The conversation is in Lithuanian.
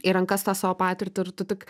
į rankas tą savo patirtį ir tu tik